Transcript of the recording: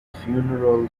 funeral